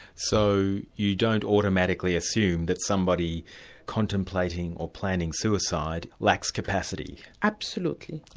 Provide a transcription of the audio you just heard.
so you don't automatically assume that somebody contemplating or planning suicide lacks capacity? absolutely.